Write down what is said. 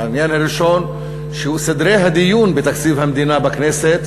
העניין הראשון הוא שסדרי הדיון בתקציב המדינה בכנסת